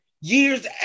years